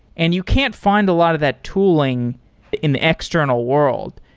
and you can't find a lot of that tooling in the external world.